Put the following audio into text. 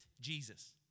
Jesus